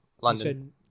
London